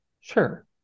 Sure